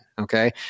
Okay